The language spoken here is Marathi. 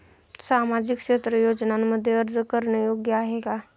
सामाजिक क्षेत्र योजनांमध्ये अर्ज करणे योग्य आहे का?